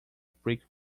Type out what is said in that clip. brick